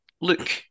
look